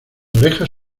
orejas